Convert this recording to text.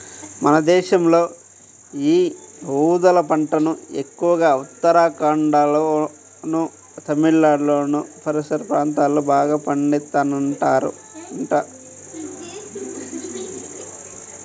మన దేశంలో యీ ఊదల పంటను ఎక్కువగా ఉత్తరాఖండ్లోనూ, తమిళనాడులోని పర్వత ప్రాంతాల్లో బాగా పండిత్తన్నారంట